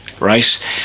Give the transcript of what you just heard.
right